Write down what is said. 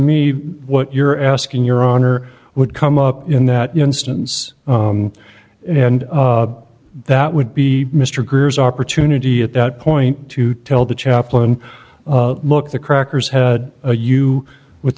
me what you're asking your honor would come up in that instance and that would be mr greer is opportunity at that point to tell the chaplain look the crackers had you with